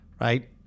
right